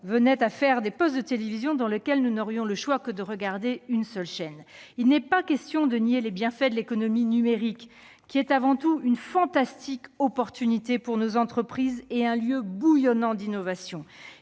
mettait à fabriquer des postes de télévision qui ne nous laisseraient le choix que de regarder une seule chaîne ! Il n'est pas question de nier les bienfaits de l'économie numérique, qui est avant tout une fantastique opportunité pour nos entreprises, et un lieu bouillonnant d'innovations.